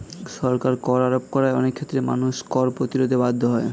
সরকার কর আরোপ করায় অনেক ক্ষেত্রে মানুষ কর প্রতিরোধে বাধ্য হয়